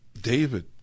David